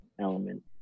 element